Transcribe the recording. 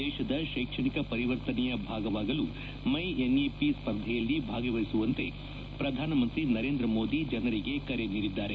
ದೇಶದ ಶ್ವೆಕ್ಷಣಿಕ ಪರಿವರ್ತನೆಯ ಭಾಗವಾಗವಾಗಲು ಮೈಎನ್ಇಪಿ ಸ್ಪರ್ಧೆಯಲ್ಲಿ ಭಾಗವಹಿಸುವಂತೆ ಪ್ರಧಾನಮಂತ್ರಿ ನರೇಂದ್ರ ಮೋದಿ ಜನರಿಗೆ ಕರೆ ನೀಡಿದ್ದಾರೆ